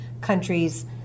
countries